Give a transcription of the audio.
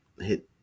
hit